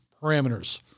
parameters